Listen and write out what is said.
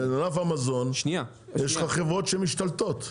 בענף המזון יש לך חברות שמשתלטות.